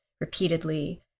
repeatedly